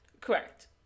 Correct